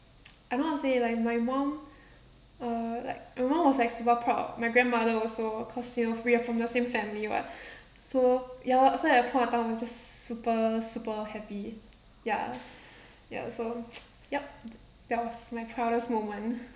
I don't know how to say like my mum uh like my mum was like super proud my grandmother also cause you know we are from the same family [what] so ya lor so at that point of time I was just super super happy ya ya so yup that was my proudest moment